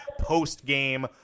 post-game